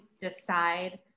decide